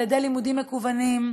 על-ידי לימודים מקוונים,